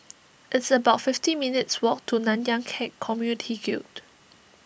it's about fifty minutes' walk to Nanyang Khek Community Guild